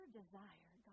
desire